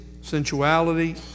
sensuality